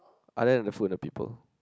other than the food and the people